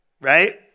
right